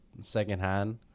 secondhand